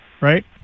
right